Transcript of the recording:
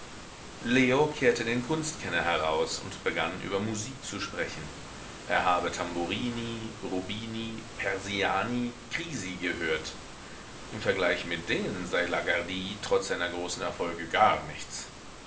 leo kehrte den kunstkenner heraus und begann über musik zu sprechen er habe tamburini rubini persiani crisi gehört im vergleich mit denen sei lagardy trotz seiner großen erfolge gar nichts